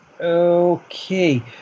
okay